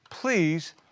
please